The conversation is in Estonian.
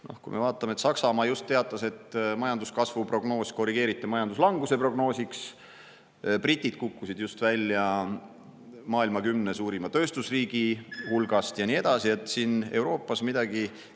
Kui me vaatame, et Saksamaa just teatas, et majanduskasvu prognoos korrigeeriti majanduslanguse prognoosiks, britid kukkusid välja maailma kümne suurima tööstusriigi hulgast ja nii edasi, siis Euroopas midagi